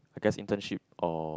I guess internship or